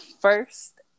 first